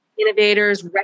innovators